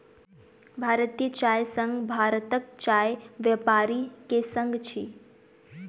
भारतीय चाय संघ भारतक चाय व्यापारी के संग अछि